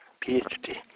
PhD